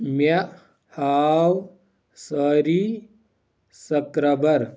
مےٚ ہاو سٲرِی سکرَبر